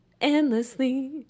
endlessly